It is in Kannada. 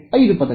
5 ಪದಗಳು